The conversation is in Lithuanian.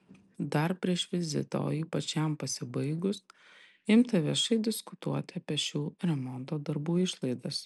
dar prieš vizitą o ypač jam pasibaigus imta viešai diskutuoti apie šių remonto darbų išlaidas